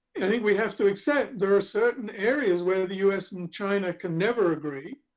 i think we have to accept there are certain areas where the us and china can never agree.